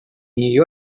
нью